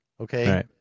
Okay